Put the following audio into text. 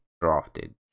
drafted